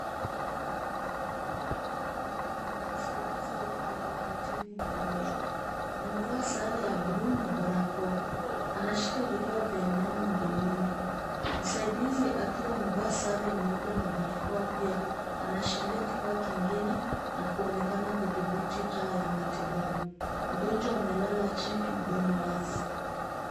Daktari wa meno na msaidizi wake wakimtibu mgonjwa. Amevaa sare ya buluu na barakoa. Anashikaa vifaa vya meno mdomoni. Msaidizi akiwa amevaa sare nyeupe na barakoa pia, anashikilia kifaa kingine na kuonekana kudhibiti taa ya matibabu. Mgonjwa amelala chini mdomo wazi.